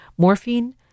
Morphine